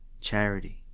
charity